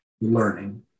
learning